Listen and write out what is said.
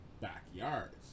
backyards